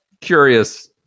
curious